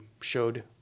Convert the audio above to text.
showed